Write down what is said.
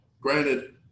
granted